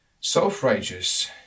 Self-righteous